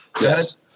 Yes